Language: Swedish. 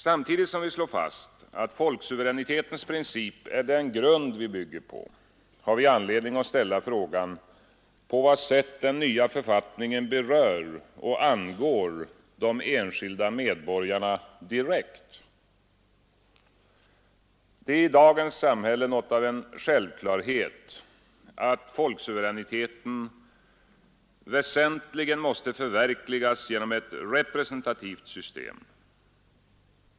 Samtidigt som vi slår fast, att folksuveränitetens princip är den grund vi bygger på, har vi anledning att ställa frågan, på vad sätt den nya författningen berör och angår de enskilda medborgarna direkt. Det är i dagens samhälle något av en sjä lvklarhet, att folksuveräniteten väsentligen måste förverkligas genom ett representativt system.